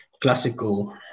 classical